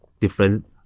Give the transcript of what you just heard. different